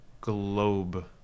Globe